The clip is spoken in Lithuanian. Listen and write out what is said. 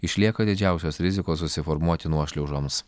išlieka didžiausios rizikos susiformuoti nuošliaužoms